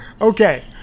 Okay